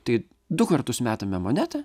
tai du kartus metame monetą